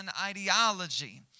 ideology